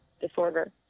disorder